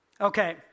Okay